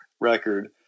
record